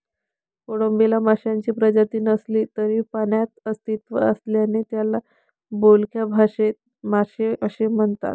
कोळंबीला माशांची प्रजाती नसली तरी पाण्यात अस्तित्व असल्याने त्याला बोलक्या भाषेत मासे असे म्हणतात